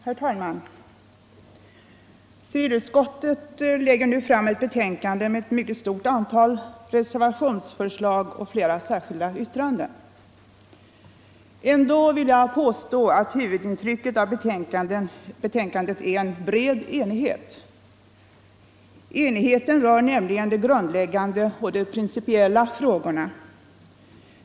Herr talman! Civilutskottet lägger nu fram ett betänkande med ett mycket stort antal reservationsförslag och flera särskilda yttranden. Ändå vill jag påstå att huvudintrycket av betänkandet är en bred enighet. Enigheten rör nämligen de grundläggande och de principiella frågorna.